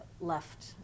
left